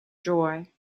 joy